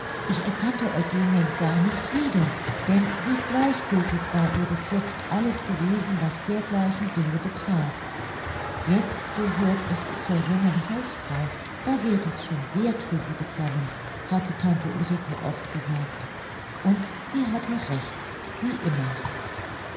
ich erkannte eugenien gar nicht wieder denn wie gleichgültig war ihr bis jetzt alles gewesen was dergleichen dinge betraf jetzt gehört es zur jungen hausfrau da wird es schon werth für sie bekommen hatte tante ulrike oft gesagt und sie hatte recht wie immer